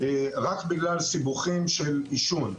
במדינת ישראל, רק בגלל סיבוכים של עישון.